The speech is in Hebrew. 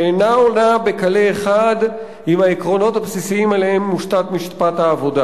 שאינה עולה בקנה אחד עם העקרונות הבסיסיים שעליהם מושתת משפט העבודה.